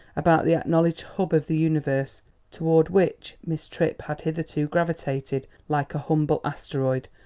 about the acknowledged hub of the universe toward which miss tripp had hitherto gravitated like a humble asteroid,